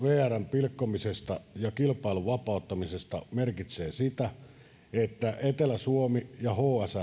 pilkkomisesta ja kilpailun vapauttamisesta merkitsevät sitä että etelä suomi ja hsln alue